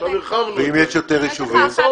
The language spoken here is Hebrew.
עכשיו הרחבנו את זה.